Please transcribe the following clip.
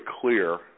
clear